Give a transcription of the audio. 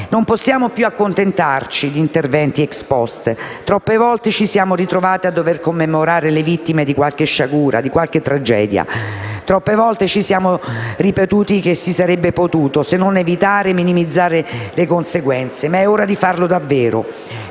Non possiamo più accontentarci di interventi *ex post*. Troppe volte ci siamo trovati a dover commemorare le vittime di qualche sciagura e di qualche tragedia. Troppe volte ci siamo ripetuti che si sarebbe potuto, se non evitarle, almeno minimizzarne le conseguenze. È ora di farlo davvero,